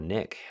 Nick